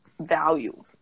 value